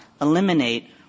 eliminate